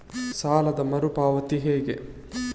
ಸಾಲದ ಮರು ಪಾವತಿ ಹೇಗೆ?